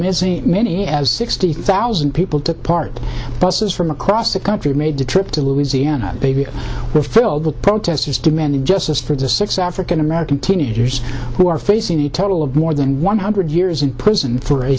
y as sixty thousand people took part buses from across the country made the trip to louisiana were filled with protesters demanding justice for the six african american teenagers who are facing a total of more than one hundred years in prison for a